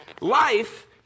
Life